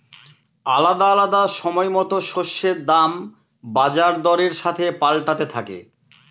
আলাদা আলাদা সময়তো শস্যের দাম বাজার দরের সাথে পাল্টাতে থাকে